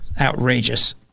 Outrageous